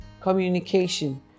communication